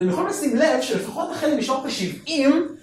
אני יכול לשים לב שלפחות החל משנות ה-70